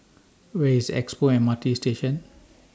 Where IS Expo M R T Station